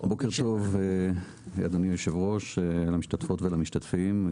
בוקר טוב אדוני יושב הראש, למשתתפות ולמשתתפים.